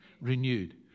renewed